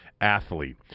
athlete